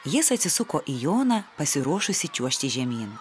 jis atsisuko į joną pasiruošusį čiuožti žemyn